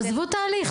עזבו תהליך.